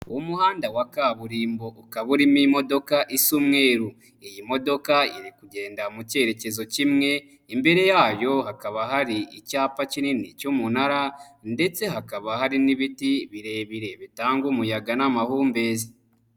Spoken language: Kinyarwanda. Umuhanda wa kaburimbo ukabarimo imodoka isa umweruru, iyi modoka iri kugenda mu cyerekezo kimwe, imbere yayo hakaba hari icyapa kinini cy'umunara ndetse hakaba hari n'ibiti birebire bitanga umuyaga n'amahumbezi.